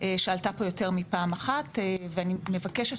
שעלתה פה יותר מפעם אחת; אני מאוד מבקשת